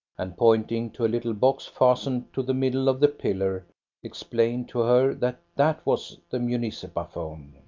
and pointing to a little box fastened to the middle of the pillar explained to her that that was the municipaphone.